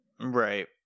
Right